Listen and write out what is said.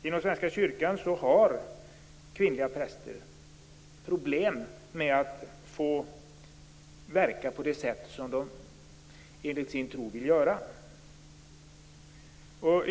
Inom Svenska kyrkan har kvinnliga präster problem med att få verka på det sätt som de enligt sin tro vill göra.